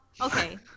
Okay